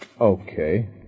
Okay